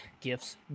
gifts